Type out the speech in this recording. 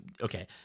okay